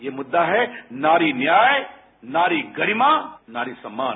ये मुद्दा है नारी न्याय नारी गरिमा नारी सम्मान